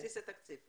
בבסיס התקציב.